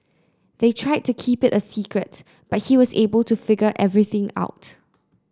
they tried to keep it a secret but he was able to figure everything out